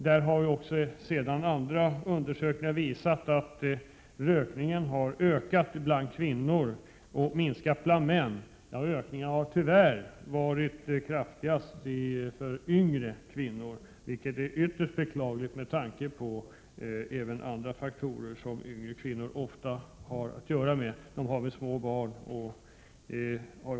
Andra undersökningar har emellertid visat att rökningen har ökat bland kvinnor och minskat bland män. Tyvärr har rökningen varit kraftigast bland yngre kvinnor, vilket är ytterst beklagligt med tanke på vissa faktorer som hör samman med yngre kvinnor.